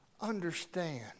Understand